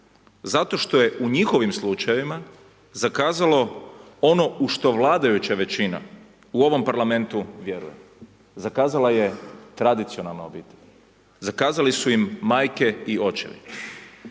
Zato što je u njihovim slučajevima zakazalo ono u što vladajuća većina u ovom parlamentu vjeruje. Zakazala je tradicionalna obitelj, zakazali su im majke i očevi.